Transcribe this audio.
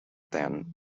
than